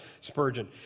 Spurgeon